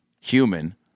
human